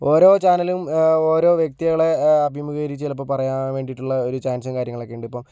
ഓരോ ചാനലും ഓരോ വ്യക്തികളെ അഭിമുഖീകരിച്ച് ചിലപ്പോൾ പറയാൻ വേണ്ടിയിട്ടുള്ള ഒരു ചാൻസും കാര്യങ്ങളൊക്കെ ഉണ്ട് ഇപ്പോൾ